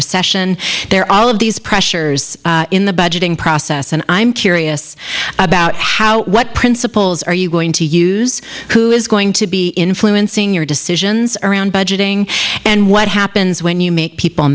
recession there are all of these pressures in the budgeting process and i'm curious about how what principles are you going to use who is going to be influencing your decisions around budgeting and what happens when you make people